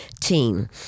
team